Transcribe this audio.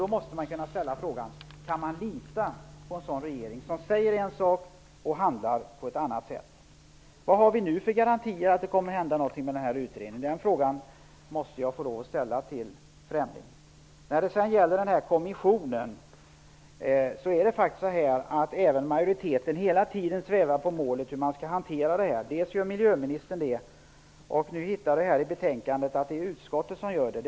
Då måste man kunna ställa frågan: Kan man lita på en regering som säger en sak och handlar på ett annat sätt? Vad har vi nu för garantier för att det kommer att hända någonting med utredningen? Den frågan måste jag få lov att ställa till Fremling. I frågan om kommissionen svävar även majoriteten hela tiden på målet hur man skall hantera den. Miljöministern gör det. Nu ser jag i betänkandet att utskottet gör det.